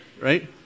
right